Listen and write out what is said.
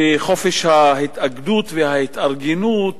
בחופש ההתאגדות וההתארגנות